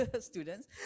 students